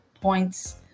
points